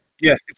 Yes